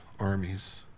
armies